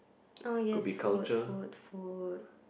oh yes food food food